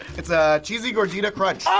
it's a cheesy gordita crunch.